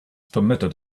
permitted